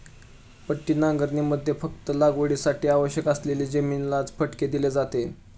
पट्टी नांगरणीमध्ये फक्त लागवडीसाठी आवश्यक असलेली जमिनीलाच फटके दिले जाते